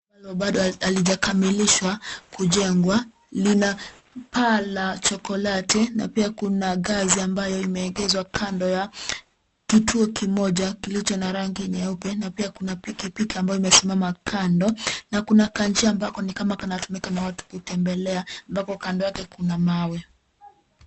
Bado halijakamilishwa kujengwa. Lina paa la chokolati na pia kuna ngazi ambayo imeegeshwa kando ya kituo kimoja kilicho na rangi nyeupe na pia kuna pikipiki ambayo imesimama kando na kuna kanjia ambako ni kama kanatumika na watu kutembea ambako kando yake kuna mawe.